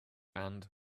and